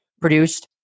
produced